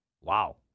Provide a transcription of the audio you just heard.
wow